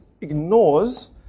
ignores